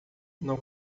não